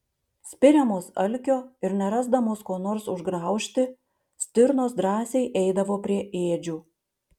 spiriamos alkio ir nerasdamos ko nors užgraužti stirnos drąsiai eidavo prie ėdžių